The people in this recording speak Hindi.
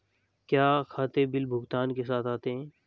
क्या खाते बिल भुगतान के साथ आते हैं?